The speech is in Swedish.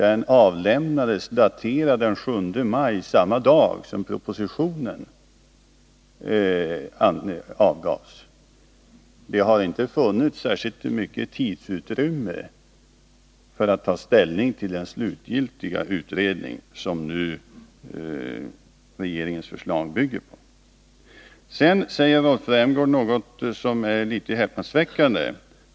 Utredningens rapport avlämnades den 7 maj, samma dag som propositionen avgavs. Det har inte funnits särskilt mycket tidsutrymme för att ta ställning till den slutgiltiga utredning som regeringens förslag bygger på. Sedan säger Rolf Rämgård något som är litet häpnadsväckande.